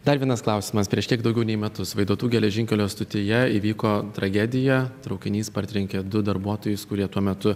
dar vienas klausimas prieš kiek daugiau nei metus vaidotų geležinkelio stotyje įvyko tragedija traukinys partrenkė du darbuotojus kurie tuo metu